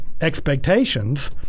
expectations